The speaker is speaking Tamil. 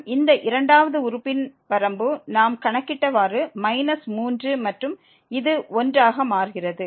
மற்றும் இந்த இரண்டாவது உறுப்பின் வரம்பு நாம் கணக்கிட்டவாறுமைனஸ் 3 மற்றும் இது 1 ஆக மாறுகிறது